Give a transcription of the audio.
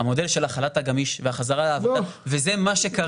המודל של החל"ת הגמיש והחזרה לעבודה וזה מה שקרה.